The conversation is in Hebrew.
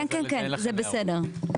--- כן, זה בסדר.